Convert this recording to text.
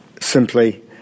Simply